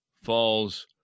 falls